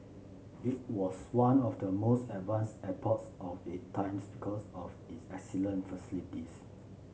it was one of the most advanced airports of its time because of its excellent facilities